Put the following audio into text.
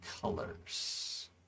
colors